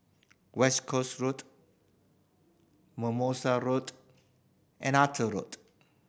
West Camp Road Mimosa Road and Arthur Road